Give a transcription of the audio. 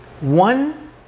One